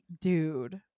dude